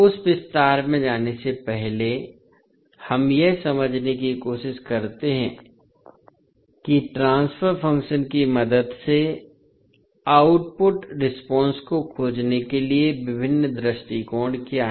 उस विस्तार में जाने से पहले हम यह समझने की कोशिश करते हैं कि ट्रांसफ़र फ़ंक्शंस की मदद से आउटपुट रिस्पॉन्स को खोजने के लिए विभिन्न दृष्टिकोण क्या हैं